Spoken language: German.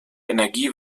energie